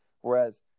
Whereas